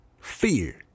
Fear